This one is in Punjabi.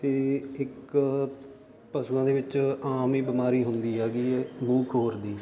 ਅਤੇ ਇੱਕ ਪਸ਼ੂਆਂ ਦੇ ਵਿੱਚ ਆਮ ਹੀ ਬਿਮਾਰੀ ਹੁੰਦੀ ਹੈਗੀ ਮੂੰਹ ਖੋਰ ਦੀ